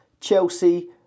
Chelsea